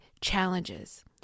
challenges